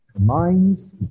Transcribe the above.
minds